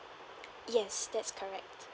yes that's correct